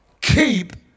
keep